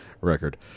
record